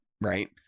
right